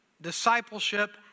discipleship